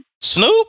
Snoop